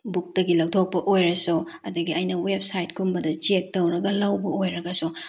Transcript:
ꯕꯨꯛꯇꯒꯤ ꯂꯧꯊꯣꯛꯄ ꯑꯣꯏꯔꯁꯨ ꯑꯗꯒꯤ ꯑꯩꯅ ꯋꯦꯕ ꯁꯥꯏꯠꯀꯨꯝꯕꯗ ꯆꯦꯛ ꯇꯧꯔꯒ ꯂꯧꯕ ꯑꯣꯏꯔꯒꯁꯨ